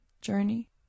journey